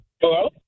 Hello